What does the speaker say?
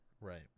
right